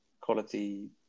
quality